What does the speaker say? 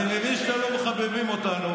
תמיד דופקים את בית"ר,